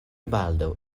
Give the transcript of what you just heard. baldaŭ